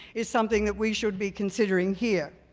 is something that we should be considering here.